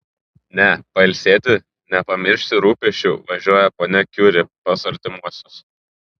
ne pailsėti ne pamiršti rūpesčių važiuoja ponia kiuri pas artimuosius